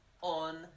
on